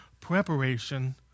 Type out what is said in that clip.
preparation